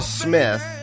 smith